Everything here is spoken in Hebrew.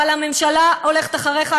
אבל הממשלה הולכת אחריך,